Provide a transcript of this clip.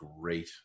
great